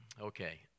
Okay